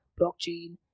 blockchain